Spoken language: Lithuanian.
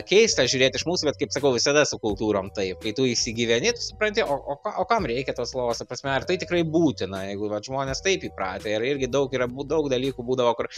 keista žiūrėt iš mūsų bet kaip sakau visada su kultūrom taip kai tu įsigyveni supranti o o ką o kam reikia tos lovos ta prasme ar tai tikrai būtina jeigu vat žmonės taip įpratę ir irgi daug yra daug dalykų būdavo kur